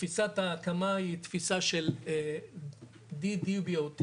תפיסת ההקמה היא תפיסה של "לבנות, לנהל ולהעביר",